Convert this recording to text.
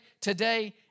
today